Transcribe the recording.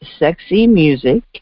sexymusic